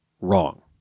wrong